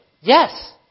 Yes